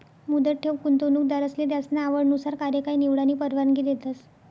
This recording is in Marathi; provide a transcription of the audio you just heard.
मुदत ठेव गुंतवणूकदारसले त्यासना आवडनुसार कार्यकाय निवडानी परवानगी देतस